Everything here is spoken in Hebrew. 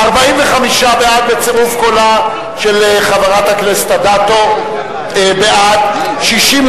ההסתייגות של חברי הכנסת דניאל בן-סימון,